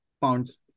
pounds